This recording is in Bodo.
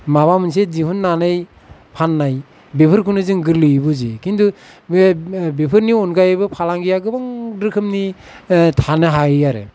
माबा मोनसे दिहुन्नानै फान्नाय बेफोरखौनो जों गोरलैयै बुजियो किन्तु बे बेफोरनि अनगायैबो फालांगिया गोबां रोखोमनि थानो हायो आरो